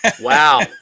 Wow